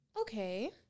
Okay